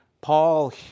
Paul